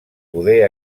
poder